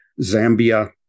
Zambia